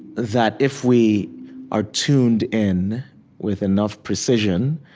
that, if we are tuned in with enough precision,